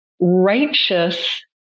righteous